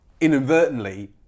inadvertently